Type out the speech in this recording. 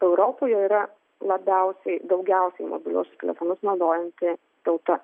europoje yra labiausiai daugiausiai mobiliuosius telefonus naudojanti tauta